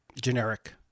generic